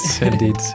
indeed